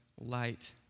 light